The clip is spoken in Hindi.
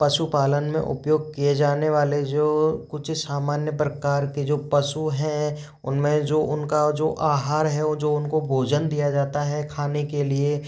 पशुपालन में उपयोग किए जाने वाले जो कुछ सामान्य प्रकार के जो पशु हैं उनमे जो उनका जो आहार है वो जो उनको भोजन दिया जाता है खाने के लिए